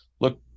Look